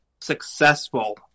successful